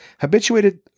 habituated